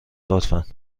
لطفا